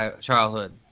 childhood